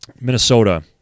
Minnesota